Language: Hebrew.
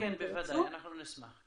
כן, בוודאי, אנחנו נשמח.